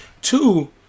Two